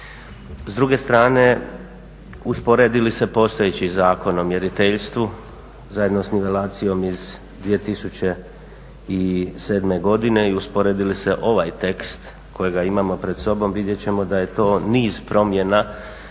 S druge strane, usporedi li se postojeći zakon o mjeriteljstvu zajedno sa nivelacijom iz 2007. godine i usporedi li se ovaj tekst kojega imamo pred sobom vidjeti ćemo da je to niz promjena